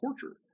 torture